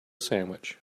sandwich